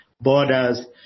Borders